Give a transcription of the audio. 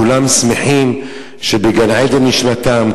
כולם שמחים שבגן-עדן נשמתם,